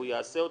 והוא יעשה אותה,